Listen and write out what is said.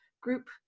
group